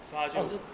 so 他就